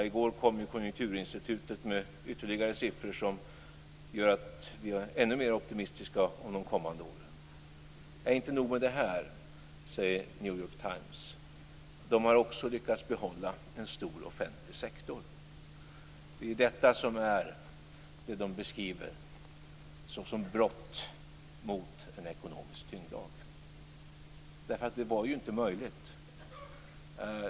I går kom Konjunkturinstitutet med ytterligare siffror som gör att vi är ännu mer optimistiska för de kommande åren. Inte nog med detta, säger New York Times, men Sverige har lyckats behålla en stor offentlig sektor. Det är detta som är ett "brott" mot en ekonomisk tyngdlag. Det var ju inte möjligt.